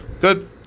Good